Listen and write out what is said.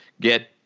get